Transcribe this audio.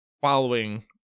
following